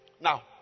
Now